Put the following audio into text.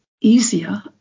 easier